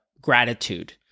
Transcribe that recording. gratitude